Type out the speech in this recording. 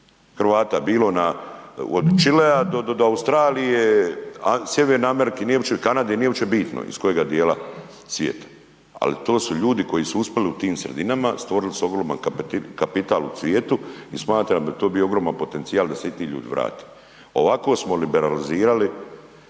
Hrvata, bilo na, od Čilea do Australije, Sjeverne Amerike, nije opće, Kanade, nije uopće bitno iz kojega dijela svijeta. Ali to su ljudi koji su uspjeli u tim sredinama, stvorili su ogroman kapital u svijetu i smatram da bi to bio ogroman potencijal da se i ti ljudi vrate. Ovako smo liberalizirali